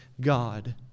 God